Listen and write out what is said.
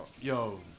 Yo